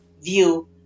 view